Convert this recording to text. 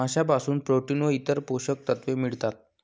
माशांपासून प्रोटीन व इतर पोषक तत्वे मिळतात